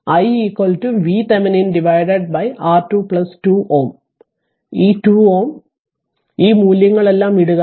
അതിനാൽ i VThevenin R22 Ω ഈ 2Ω ഈ മൂല്യങ്ങളെല്ലാം ഇടുക